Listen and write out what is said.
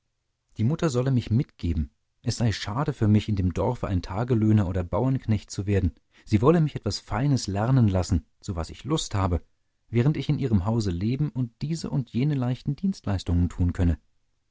die mutter solle mich mitgeben es sei schade für mich in dem dorfe ein tagelöhner oder bauernknecht zu werden sie wolle mich etwas feines lernen lassen zu was ich lust habe während ich in ihrem hause leben und diese und jene leichten dienstleistungen tun könne